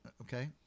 Okay